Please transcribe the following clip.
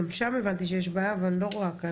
גם שם הבנתי שיש בעיה אבל אני לא רואה כאן,